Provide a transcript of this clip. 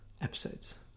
episodes